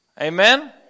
Amen